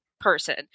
person